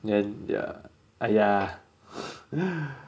then ya !aiya!